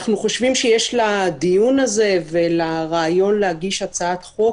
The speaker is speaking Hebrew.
אנחנו חושבים שיש לדיון הזה ולרעיון להגיש הצעת חוק